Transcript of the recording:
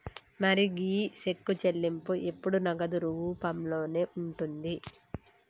మరి గీ సెక్కు చెల్లింపు ఎప్పుడు నగదు రూపంలోనే ఉంటుంది